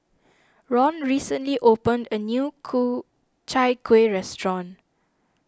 Ron recently opened a new Ku Chai Kueh restaurant